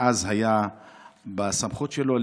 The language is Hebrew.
שאז היה בסמכות שלו,